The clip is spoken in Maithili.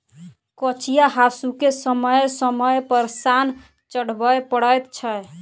कचिया हासूकेँ समय समय पर सान चढ़बय पड़ैत छै